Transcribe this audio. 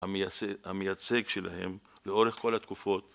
המייסד... המייצג שלהם לאורך כל התקופות